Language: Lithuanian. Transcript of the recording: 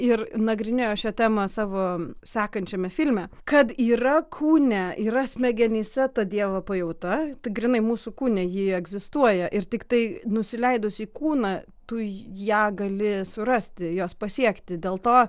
ir nagrinėjo šią temą savo sekančiame filme kad yra kūne yra smegenyse ta dievo pajauta grynai mūsų kūne ji egzistuoja ir tiktai nusileidus į kūną tu ją gali surasti jos pasiekti dėl to